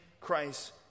Christ